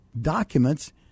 documents